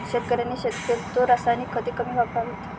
शेतकऱ्यांनी शक्यतो रासायनिक खते कमी वापरावीत